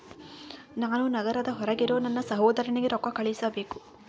ನಾನು ನಗರದ ಹೊರಗಿರೋ ನನ್ನ ಸಹೋದರನಿಗೆ ರೊಕ್ಕ ಕಳುಹಿಸಬೇಕು